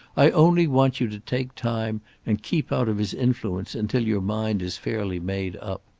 i only want you to take time and keep out of his influence until your mind is fairly made up.